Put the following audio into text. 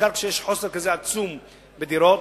בעיקר כשיש חוסר עצום כזה בדירות,